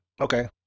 Okay